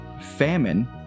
famine